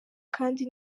kandi